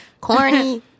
Corny